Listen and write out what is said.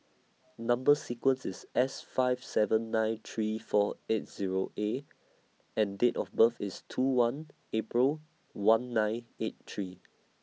Number sequence IS S five seven nine three four eight Zero A and Date of birth IS two one April one nine eight three